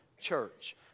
church